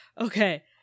Okay